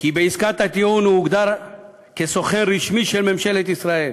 ובעסקת הטיעון הוא הוגדר כסוכן רשמי של ממשלת ישראל,